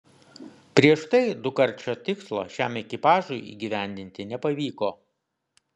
prieš tai dukart šio tikslo šiam ekipažui įgyvendinti nepavyko